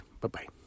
Bye-bye